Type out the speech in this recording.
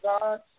God